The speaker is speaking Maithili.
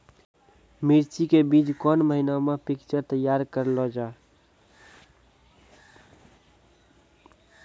मिर्ची के बीज कौन महीना मे पिक्चर तैयार करऽ लो जा?